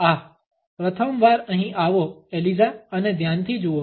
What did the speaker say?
આહ Refer slide time 0810 પ્રથમવાર અહીં આવો એલિઝા અને ધ્યાનથી જુઓ